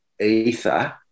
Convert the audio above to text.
ether